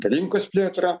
rinkos plėtrą